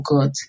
god